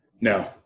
No